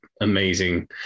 amazing